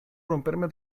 romperme